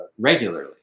regularly